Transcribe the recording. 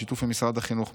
בשיתוף עם משרד החינוך,